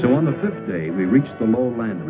so on the fifth day we reached the moment